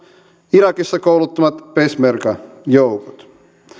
irakissa kouluttamat peshmerga joukot